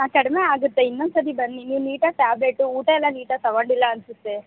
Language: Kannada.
ಆಂ ಕಡಿಮೆ ಆಗುತ್ತೆ ಇನ್ನೊಂದ್ಸರ್ತಿ ಬನ್ನಿ ನೀವು ನೀಟಾಗಿ ಟ್ಯಾಬ್ಲೆಟ್ಟು ಊಟ ಎಲ್ಲ ನೀಟಾಗಿ ತೊಗೊಂಡಿಲ್ಲ ಅನ್ನಿಸುತ್ತೆ